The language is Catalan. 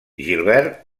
gilbert